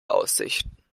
aussichten